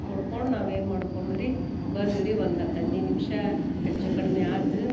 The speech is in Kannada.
ಕುಡ್ಕೊಂಡು ನಾವೇನು ಮಾಡ್ಕೊಂಡು ರೀ ಬಂದೀವಿ ರೀ ಒಂದು ಹತ್ತು ಹದಿನೈದು ನಿಮಿಷ ಹೆಚ್ಚು ಕಡ್ಮೆ ಆತು